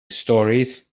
stories